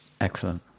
Excellent